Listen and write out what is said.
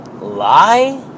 lie